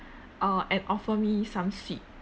uh and offer me some sweet